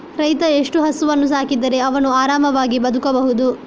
ರೈತ ಎಷ್ಟು ಹಸುವನ್ನು ಸಾಕಿದರೆ ಅವನು ಆರಾಮವಾಗಿ ಬದುಕಬಹುದು?